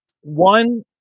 One